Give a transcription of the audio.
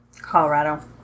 Colorado